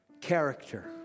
Character